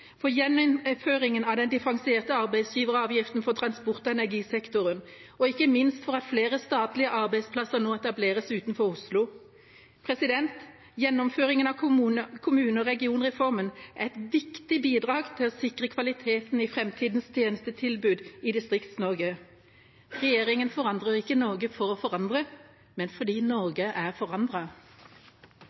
for gjeninnføringen av den differensierte arbeidsgiveravgiften for transport- og energisektoren og ikke minst for at flere statlige arbeidsplasser nå etableres utenfor Oslo. Gjennomføringen av kommune- og regionreformen er et viktig bidrag til å sikre kvaliteten i framtidas tjenestetilbud i Distrikts-Norge. Regjeringa forandrer ikke Norge for å forandre, men fordi Norge er